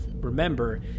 remember